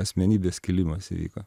asmenybės skilimas įvyko